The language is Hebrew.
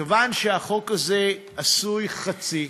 אבל מכיוון שהחוק הזה עשוי חצי,